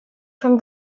from